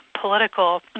political